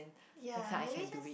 ya maybe just